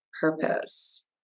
purpose